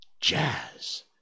Jazz